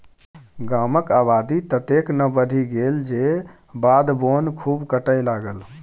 गामक आबादी ततेक ने बढ़ि गेल जे बाध बोन खूब कटय लागल